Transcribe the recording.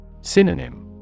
Synonym